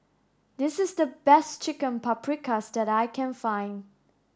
this is the best Chicken Paprikas that I can find